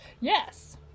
Yes